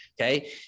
Okay